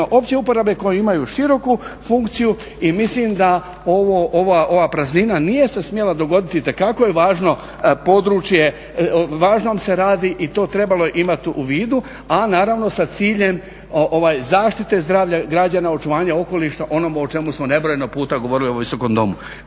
opće uporabe koji imaju široku funkciju. I mislim da ova praznina nije se smjela dogoditi. Itekako je važno područje, o važnom se radi i to je trebalo imati u vidu. A naravno sa ciljem zaštite zdravlja građana, očuvanja okoliša, onome o čemu smo nebrojeno puta govorili u ovom Visokom domu.